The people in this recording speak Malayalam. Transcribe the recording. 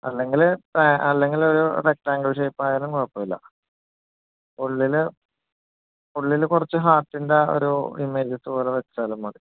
അല്ലെങ്കിൽ അല്ലേങ്കിൽ ഒരു റക്റ്റാങ്ഗിൾ ഷേപ്പ് ആയാലും കുഴപ്പം ഇല്ല ഉള്ളിൽ ഉള്ളിൽ കുറച്ചു ഹാർട്ടിൻ്റെ ആ ഒരു ഇമേജസ് പോലെ വച്ചാലും മതി